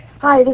Hi